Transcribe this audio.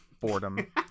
boredom